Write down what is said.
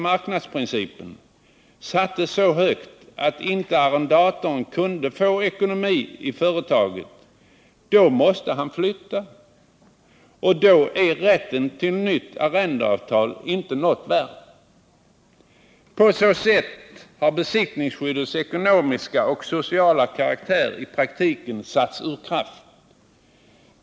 marknadsprincipen sattes så högt att arrendatorn inte kunde få ekonomi i företaget måste han flytta, och då var rätten till nytt arrendeavtal inte något värd. På så sätt har besittningsskyddets ekonomiska och sociala karaktär i praktiken satts ur kraft.